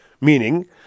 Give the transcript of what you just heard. meaning